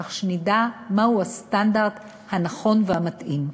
כך שנדע מהו הסטנדרט הנכון והמתאים.